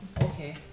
Okay